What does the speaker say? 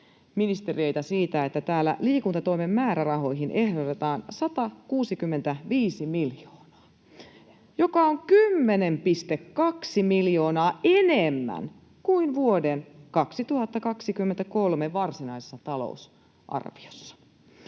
että täällä liikuntatoimen määrärahoihin ehdotetaan 165 miljoonaa, [Juho Eerola: Se on hyvä!] mikä on 10,2 miljoonaa enemmän kuin vuoden 2023 varsinaisessa talousarviossa.